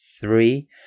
three